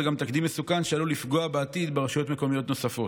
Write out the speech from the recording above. זה גם תקדים מסוכן שעלול לפגוע בעתיד ברשויות מקומיות נוספות.